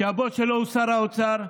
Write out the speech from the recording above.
שהבוס שלו הוא שר האוצר,